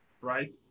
right